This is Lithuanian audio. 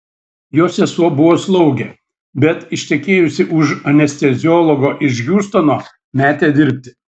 jo sesuo buvo slaugė bet ištekėjusi už anesteziologo iš hjustono metė dirbti